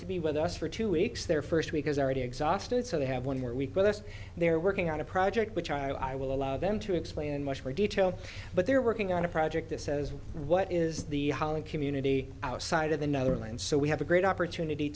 to be with us for two weeks their first week has already exhausted so they have one more week with us they are working on a project which i will allow them to explain in much more detail but they're working on a project that says what is the holland community outside of the netherlands so we have a great opportunity